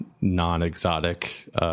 non-exotic